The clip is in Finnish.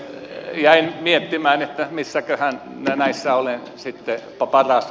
jäin miettimään missäköhän näissä olen sitten paras